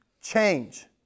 change